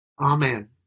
Amen